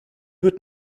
wird